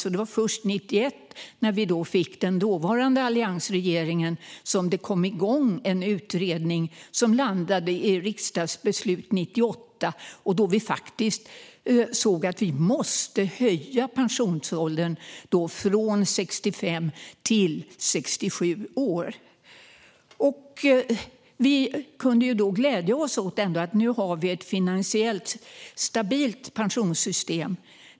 Men det var först 1991 med den dåvarande alliansregeringen som en utredning tillsattes, som landade i riksdagsbeslut 1998. Vi såg att vi måste höja pensionsåldern från 65 till 67 år. Vi kunde då glädja oss åt ett finansiellt stabilt pensionssystem.